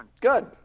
Good